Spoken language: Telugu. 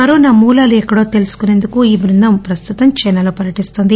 కరోనా మూలాలు ఎక్కడో తెలుసుకుసేందుకు ఈ బృందం ప్రస్తుతం చైనాలో పర్యటిస్తోంది